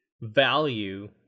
value